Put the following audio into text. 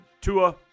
Tua